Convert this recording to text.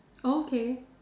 oh okay